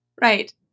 Right